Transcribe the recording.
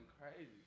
crazy